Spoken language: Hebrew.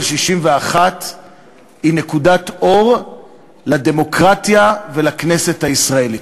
61 היא נקודת אור לדמוקרטיה ולכנסת הישראלית,